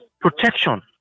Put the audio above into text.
protection